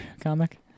comic